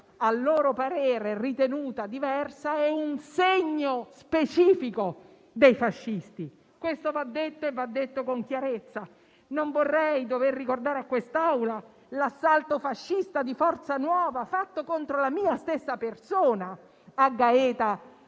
a loro parere, ritenuta diversa è un segno specifico dei fascisti. Questo va detto con chiarezza. Non vorrei dover ricordare a quest'Aula l'assalto fascista di Forza Nuova fatto contro la mia stessa persona a Gaeta